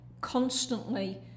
constantly